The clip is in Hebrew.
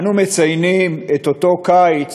אנו מציינים את אותו קיץ